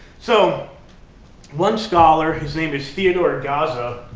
so one scholar his name is theodore gaza.